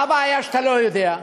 מה הבעיה שאתה לא יודע?